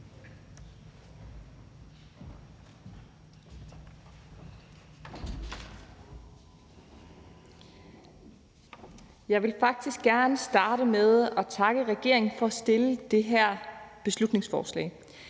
Jeg vil faktisk gerne starte med at takke regeringen for at fremsætte det her beslutningsforslag.